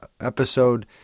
episode